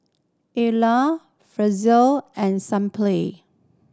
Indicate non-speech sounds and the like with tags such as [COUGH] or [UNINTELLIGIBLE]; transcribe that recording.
[UNINTELLIGIBLE] and Sunplay